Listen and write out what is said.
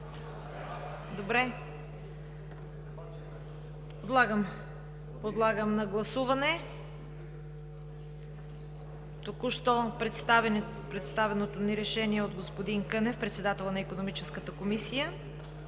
Няма. Подлагам на гласуване току-що представения ни от господин Кънев – председател на Икономическата комисия,